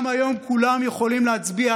גם היום כולם יכולים להצביע,